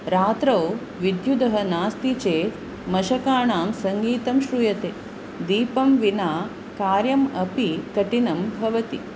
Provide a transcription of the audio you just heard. रात्रौ विद्युदः नास्ति चेत् मषकाणां सङ्गीतं श्रूयते दीपं विना कार्यंम् अपि कठिणं भवति